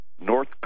North